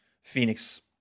Phoenix